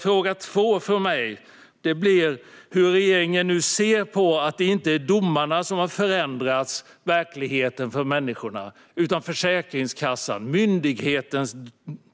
Fråga två från mig blir hur regeringen ser på att det inte är domarna som har förändrat verkligheten för människorna utan myndigheten Försäkringskassans